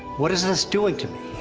what is this doing to me?